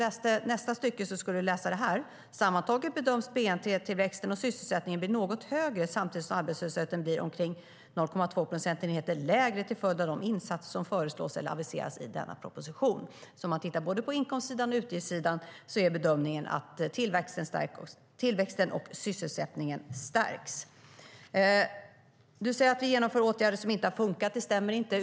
I nästa stycke stod det: Sammantaget bedöms bnp-tillväxten och sysselsättningen bli något högre samtidigt som arbetslösheten blir omkring 0,2 procentenheter lägre till följd av de insatser som föreslås eller aviseras i denna proposition. Tina Ghasemi sade att vi genomför åtgärder som inte har funkat. Det stämmer inte.